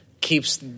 keeps